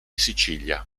sicilia